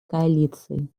коалиции